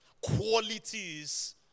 Qualities